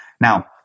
Now